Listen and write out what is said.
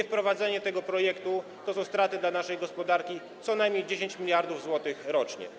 Niewprowadzenie tego projektu to są straty dla naszej gospodarki - co najmniej 10 mld zł rocznie.